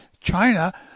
China